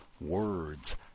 words